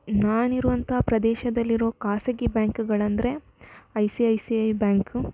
ನಾನು ಇರುವಂಥ ಪ್ರದೇಶದಲ್ಲಿರೊ ಖಾಸಗಿ ಬ್ಯಾಂಕ್ಗಳಂದರೆ I C I C I bank